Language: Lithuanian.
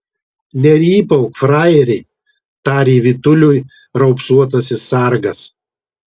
nerypauk frajeri tarė vytuliui raupsuotasis sargas